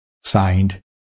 Signed